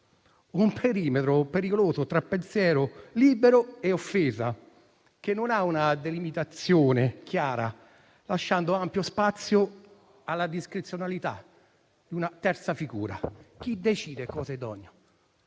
Un perimetro pericoloso tra pensiero libero e offesa, che non ha una delimitazione chiara, lasciando ampio spazio alla discrezionalità di una terza figura; chi decide cosa è idoneo?